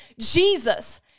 Jesus